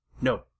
No